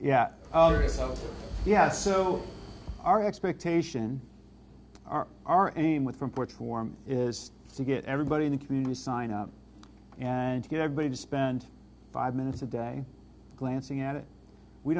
yeah yeah so our expectation our our aim with reports form is to get everybody in the community sign up and get everybody to spend five minutes a day glancing at it we